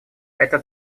эта